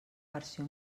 versió